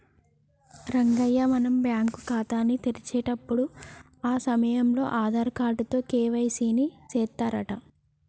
రంగయ్య మనం బ్యాంకు ఖాతాని తెరిచేటప్పుడు ఆ సమయంలో ఆధార్ కార్డు తో కే.వై.సి ని సెత్తారంట